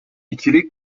i̇kili